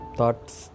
Thoughts